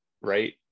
right